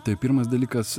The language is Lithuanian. tai pirmas dalykas